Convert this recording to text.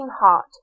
heart